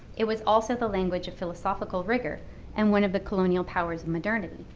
it was also the language of philosophical rigor and one of the colonial power's modernity.